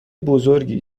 بزرگی